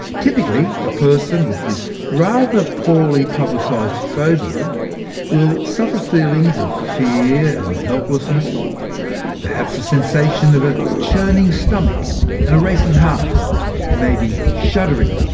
typically, a person with this rather poorly publicised phobia will suffer feelings of fear and helplessness perhaps the sensation of a churning stomach and a racing heart maybe shuddering,